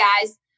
guys